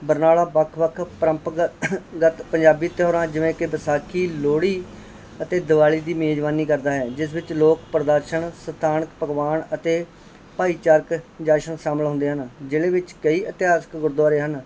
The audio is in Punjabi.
ਬਰਨਾਲਾ ਵੱਖ ਵੱਖ ਪਰੰਪਗ ਗਤ ਪੰਜਾਬੀ ਤਿਉਹਾਰਾਂ ਜਿਵੇਂ ਕਿ ਵਿਸਾਖੀ ਲੋਹੜੀ ਅਤੇ ਦਿਵਾਲੀ ਦੀ ਮੇਜ਼ਬਾਨੀ ਕਰਦਾ ਹੈ ਜਿਸ ਵਿੱਚ ਲੋਕ ਪ੍ਰਦਰਸ਼ਨ ਸਥਾਨਕ ਪਕਵਾਨ ਅਤੇ ਭਾਈਚਾਰਕ ਜਸ਼ਨ ਸ਼ਾਮਿਲ ਹੁੰਦੇ ਹਨ ਜ਼ਿਲ੍ਹੇ ਵਿੱਚ ਕਈ ਇਤਿਹਾਸਿਕ ਗੁਰਦੁਆਰੇ ਹਨ